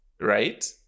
right